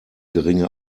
geringe